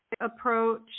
approach